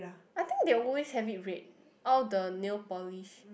I think they always have it red all the nail polish